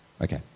Okay